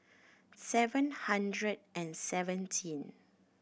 seven hundred and seventeen